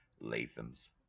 Latham's